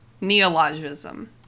Neologism